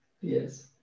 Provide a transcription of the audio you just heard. yes